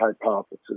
hypothesis